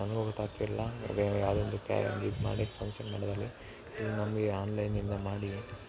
ನಮಗೂ ಗೊತ್ತಾಗ್ತಿರಲಿಲ್ಲ ಅಂದರೆ ಯಾವುದೋ ಒಂದಕ್ಕೆ ಒಂದು ಇದು ಮಾಡಿ ಫಂಕ್ಷನ್ ಮಾಡಿದಾಗ್ಲೆ ನಮಗೆ ಆನ್ಲೈನಿಂದ ಮಾಡಿ